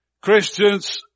Christians